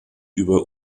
über